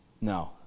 No